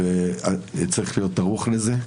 וצריך להיות ערוך לזה.